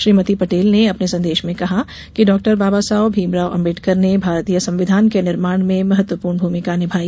श्रीमती पटेल ने अपने संदेश में कहा कि डॉ बाबा साहब भीमराव अम्बेडकर ने भारतीय संविधान के निर्माण में महत्वपूर्ण भूमिका निभाई